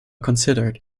considered